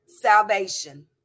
salvation